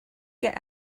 get